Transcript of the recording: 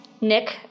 Nick